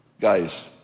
Guys